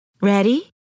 Ready